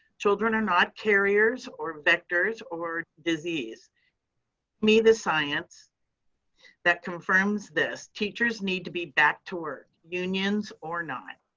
children are not carriers or vectors or disease. show me the science that confirms this. teachers need to be back to work, unions or not.